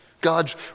God's